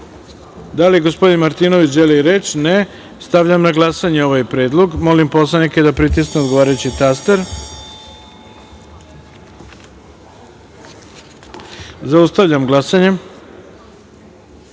dr Aleksandar Martinović želi reč? (Ne)Stavljam na glasanje ovaj predlog. Molim poslanike da pritisnu odgovarajući taster. Zaustavljam glasanje: